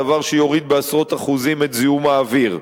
דבר שיוריד בעשרות אחוזים את זיהום האוויר,